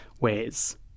ways